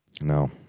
No